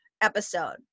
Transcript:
episode